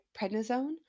prednisone